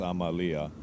Amalia